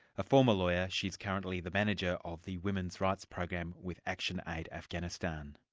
a former lawyer, she is currently the manager of the women's rights program with actionaid afghanistan.